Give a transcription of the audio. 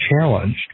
challenged